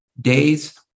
days